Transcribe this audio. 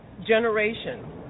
generation